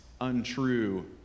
untrue